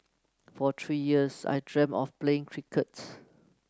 for three years I dreamed of playing cricket